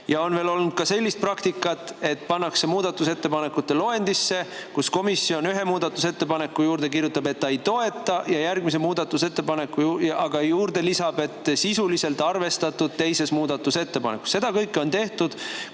On olnud ka sellist praktikat, et pannakse muudatusettepanekute loendisse ja komisjon ühe muudatusettepaneku juurde kirjutab, et ta ei toeta, aga juurde lisab, et sisuliselt on see arvestatud teises muudatusettepanekus. Seda kõike on tehtud,